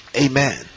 amen